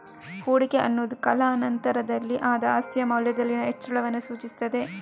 ಹೂಡಿಕೆ ಅನ್ನುದು ಕಾಲಾ ನಂತರದಲ್ಲಿ ಆದ ಆಸ್ತಿಯ ಮೌಲ್ಯದಲ್ಲಿನ ಹೆಚ್ಚಳವನ್ನ ಸೂಚಿಸ್ತದೆ